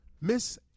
Miss